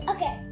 Okay